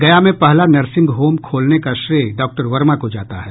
गया में पहला नर्सिंग होम खोलने का श्रेय डॉक्टर वर्मा को जाता है